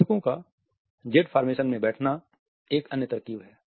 दर्शकों का Z formation में बैठना एक अन्य तरकीब है